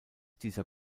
dieser